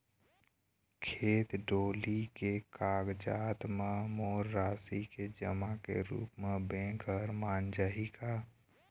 खेत डोली के कागजात म मोर राशि के जमा के रूप म बैंक हर मान जाही का?